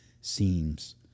seems